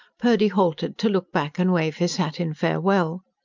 purdy halted to look back and wave his hat in farewell.